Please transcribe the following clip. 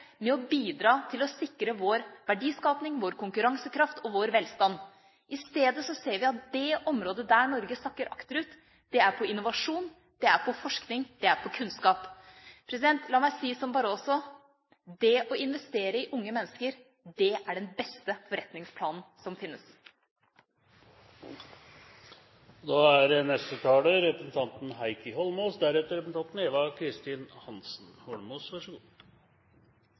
med å bidra til å sikre vår verdiskaping, vår konkurransekraft og vår velstand. I stedet ser vi at det området Norge sakker akterut på, er på innovasjon, på forskning og på kunnskap. La meg si som Barroso: Det å investere i unge mennesker er den beste forretningsplanen som finnes. Siv Jensen og hennes partis politikk er